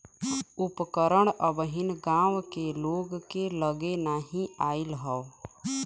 उपकरण अबहिन गांव के लोग के लगे नाहि आईल हौ